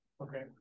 okay